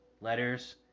letters